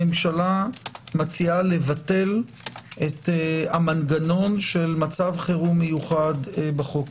הממשלה מציעה לבטל את המנגנון של מצב חירום מיוחד בחוק.